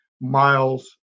miles